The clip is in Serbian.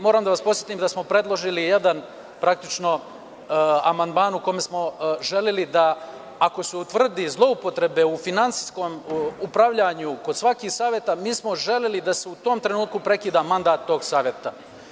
Moram da vas podsetim da smo predložili jedan amandman u kome smo želeli da, ako se utvrde zloupotrebe u finansijskom upravljanju kod svih Saveta, mi smo želeli da se u tom trenutku prekida mandat tog saveta.